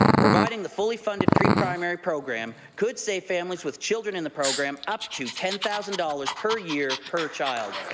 providing the fully funded preprimary program could save families with children in the program up to ten thousand dollars per year per child.